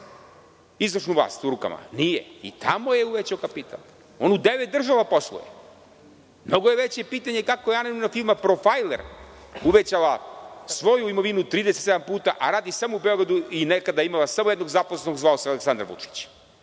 izvršnu vlast u rukama? Nije. Tamo je uvećao kapital. On u devet država posluje. Mnogo je veće pitanje kako je anonimna firma „Profajler“ uvećala svoju imovinu 37 puta a radi samo u Beogradu i nekada je imala samo jednog zaposlenog koji se zvao Aleksandar Vučić?